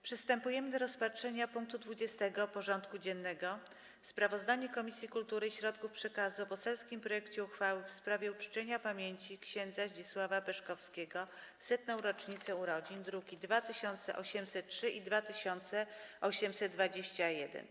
Przystępujemy do rozpatrzenia punktu 20. porządku dziennego: Sprawozdanie Komisji Kultury i Środków Przekazu o poselskim projekcie uchwały w sprawie uczczenia pamięci ks. Zdzisława Peszkowskiego w 100. rocznicę urodzin (druki nr 2803 i 2821)